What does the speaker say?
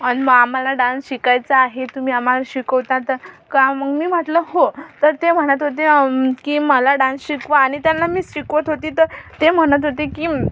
आणि मग आम्हाला डान्स आहे तुम्ही आम्हाला शिकवता तर का मग मी म्हटलं हो तर ते म्हणत होते की मला डान्स शिकवा आणि त्यांना मीच शिकवत होते तर ते म्हणत होते की